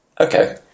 Okay